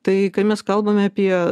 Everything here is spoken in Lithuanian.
tai ką mes kalbame apie